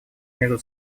между